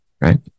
Right